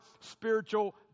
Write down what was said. spiritual